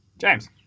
James